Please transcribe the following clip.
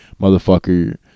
motherfucker